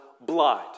blind